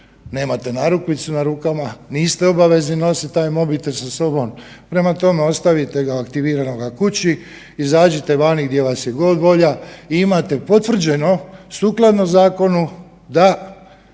nemate narukvicu na rukama, niste obavezni nositi taj mobitel sa sobom, prema tome ostavite ga aktiviranog kući, izađite vani gdje vas je god volja i imate potvrđeno sukladno zakonu da